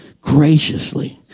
graciously